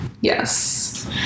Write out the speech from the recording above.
yes